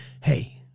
hey